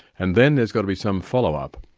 and then there's got to be some follow-up.